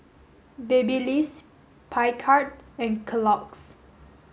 Babyliss Picard and Kellogg's